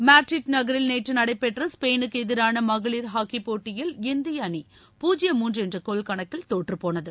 Madrid நகரில் நேற்று நடைபெற்ற ஸ்பெயினுக்கு எதிரான மகளிர் ஹாக்கிப்போட்டியில் இந்திய அணி பூஜ்யம் மூன்று என்ற கோல் கணக்கில் தோற்றுப்போனது